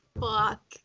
fuck